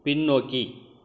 பின்னோக்கி